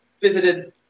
visited